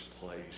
place